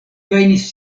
gajnis